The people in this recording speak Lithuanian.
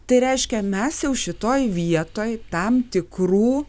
tai reiškia mes jau šitoj vietoj tam tikrų